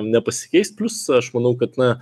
nepasikeis plius aš manau kad na